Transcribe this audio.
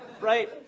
right